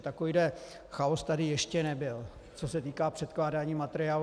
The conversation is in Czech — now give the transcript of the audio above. Takový chaos tady ještě nebyl, co se týká předkládání materiálů.